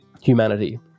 humanity